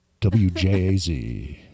WJAZ